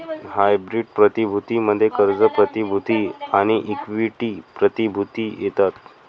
hybrid प्रतिभूती मध्ये कर्ज प्रतिभूती आणि इक्विटी प्रतिभूती येतात